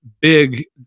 big